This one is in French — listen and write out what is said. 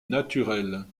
naturelle